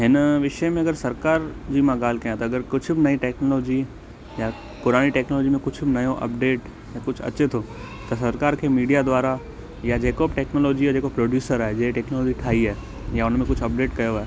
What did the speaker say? हिन विषय में अगरि सरकार जी मां ॻाल्हि कया त अगरि कुझु बि नई टैक्नोलॉजी या पुराणी टैक्नोलॉजी में कुझु नयो अपडेट या कुझु अचे थो त सरकार खे मीडिया द्वारा या जेको बि टैक्नोलॉजी जी जेको प्रोड्यूसर आहे जे टैक्नोलॉजी ठई आहे या उनमें कुझु अपडेट कयो आहे